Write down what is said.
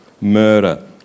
murder